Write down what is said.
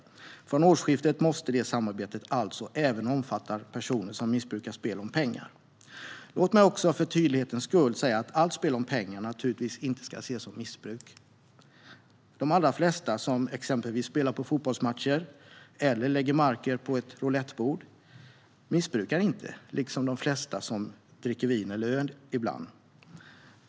Från årsskiftet måste det samarbetet även omfatta personer som missbrukar spel om pengar. Låt mig också för tydlighetens skull säga att allt spel om pengar naturligtvis inte ska ses som missbruk. De allra flesta som exempelvis spelar på fotbollsmatcher eller lägger marker på ett roulettbord missbrukar inte, lika lite som de flesta som dricker vin eller öl ibland.